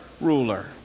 ruler